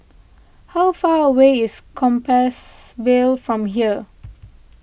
how far away is Compassvale from here